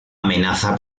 amenaza